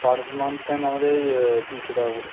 পার month ma'am আমাদের তিনশো টাকা করে